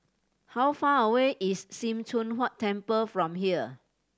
how far away is Sim Choon Huat Temple from here